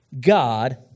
God